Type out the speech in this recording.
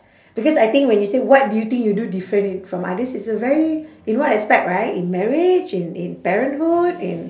because I think when you say what do you think you do differently from others it's a very in what aspect right in marriage in in parenthood in